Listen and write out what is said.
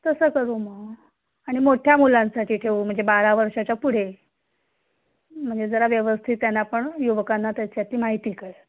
तसं करू मग आणि मोठ्या मुलांसाठी ठेवू म्हणजे बारा वर्षाच्या पुढे म्हणजे जरा व्यवस्थित त्यांना पण युवकांना त्याच्या ती माहिती कळेल